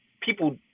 people